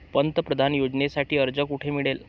पंतप्रधान योजनेसाठी अर्ज कुठे मिळेल?